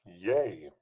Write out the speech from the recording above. Yay